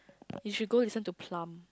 you should go listen to Plum